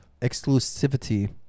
Exclusivity